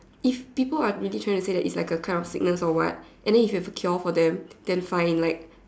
if people are really trying to say that it's like a kind of sickness or what and then if there's a cure for them then fine like